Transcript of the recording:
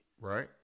Right